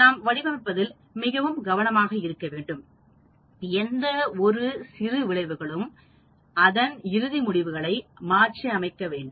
நாம் வடிவமைப்பதில் மிகவும் கவனமாக இருக்க வேண்டும் எந்த ஒரு சிறு விளைவுகளும் அதன் இறுதி முடிவுகளை மாற்றி அமைக்க வேண்டும்